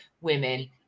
women